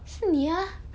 是你啊